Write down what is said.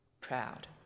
proud